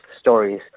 stories